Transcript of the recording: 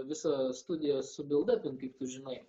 visą studiją subildapint kaip tu žinai